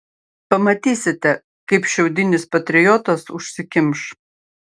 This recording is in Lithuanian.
pamatysite kaip šiaudinis patriotas užsikimš